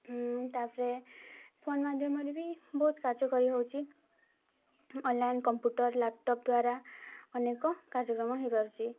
ତାପରେ ଫୋନ୍ ମାଧ୍ୟମରେ ବି ବହୁତ କାର୍ଯ୍ୟ କରିହେଉଛି ଅନଲାଇନ୍ କମ୍ପ୍ୟୁଟର୍ ଲ୍ୟାପଟପ୍ ଦ୍ୱାରା ଅନେକ କାର୍ଯ୍ୟକ୍ରମ ହୋଇପାରୁଛି